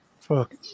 Fuck